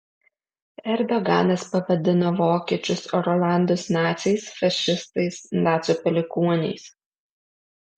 erdoganas pavadino vokiečius ir olandus naciais fašistais nacių palikuoniais